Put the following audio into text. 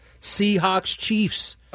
Seahawks-Chiefs